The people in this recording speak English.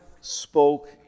spoke